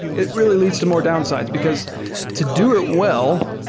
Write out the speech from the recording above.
it really leads to more downsides, because to do it well,